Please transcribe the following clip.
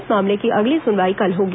इस मामले की अगली सुनवाई कल होगी